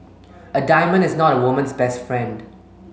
a diamond is not a woman's best friend